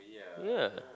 ya